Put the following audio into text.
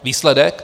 Výsledek?